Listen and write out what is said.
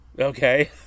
Okay